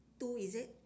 two is it